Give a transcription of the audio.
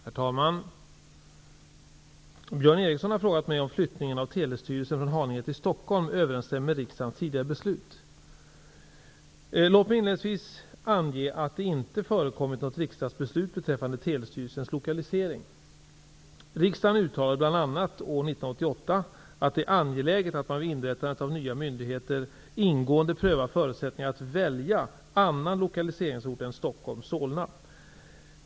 Herr talman! Björn Ericson har frågat mig om flyttningen av Telestyrelsen från Haninge till Låt mig inledningsvis ange att det inte förekommit något riksdagsbeslut beträffande Telestyrelsens lokalisering. Riksdagen uttalade bl.a. år 1988 att det är angeläget att man vid inrättandet av nya myndigheter ingående prövar förutsättningarna att välja annan lokaliseringsort än Stockholm/Solna.